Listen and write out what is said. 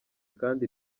kandi